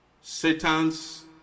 satan's